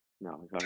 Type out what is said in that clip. No